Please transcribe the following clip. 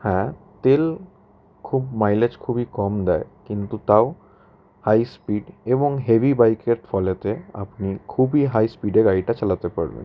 হ্যাঁ তেল খুব মাইলেজ খুবই কম দেয় কিন্তু তাও হাই স্পিড এবং হেভি বাইকের ফলেতে আপনি খুবই হাই স্পিডে গাড়িটা চালাতে পারবেন